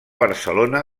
barcelona